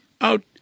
Out